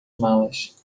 malas